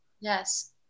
yes